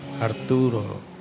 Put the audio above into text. Arturo